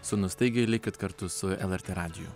sūnus taigi likit kartu su lrt radiju